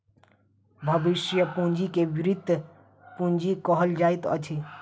भविष्य पूंजी के वृति पूंजी कहल जाइत अछि